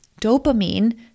Dopamine